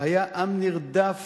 היה עם נרדף,